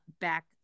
back